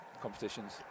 competitions